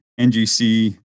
NGC